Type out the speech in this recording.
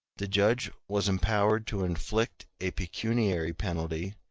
the judge was empowered to inflict a pecuniary penalty,